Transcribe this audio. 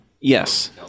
Yes